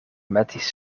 metis